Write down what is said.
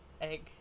egg